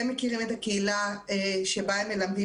הם מכירים את הקהילה שבה הם מלמדים,